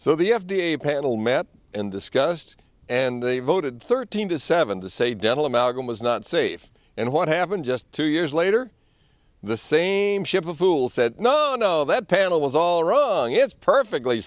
so the f d a panel met and discussed and they voted thirteen to seven to say dental amalgam is not safe and what happened just two years later the same ship of fools said no no that panel was all wrong is perfectly